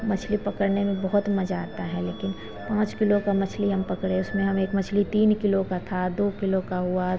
मछली पकड़ने में बहुत मज़ा आता है लेकिन पाँच किलो की मछली हम पकड़े उसमें हम एक मछली तीन किलो की थी दो किलो की हुई